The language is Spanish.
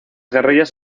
guerrillas